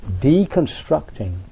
deconstructing